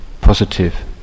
positive